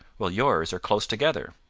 while yours are close together?